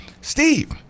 Steve